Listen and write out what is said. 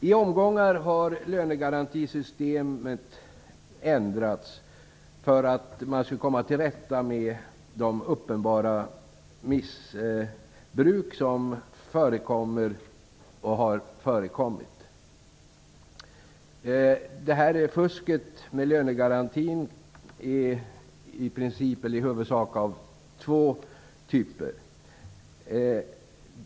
I omgångar har lönegarantisystemet ändrats för att man skulle komma till rätta med de uppenbara missbruk som förekommer. Fusket med lönegarantin är i huvudsak av två slag.